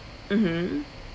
mmhmm